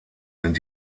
sind